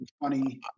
funny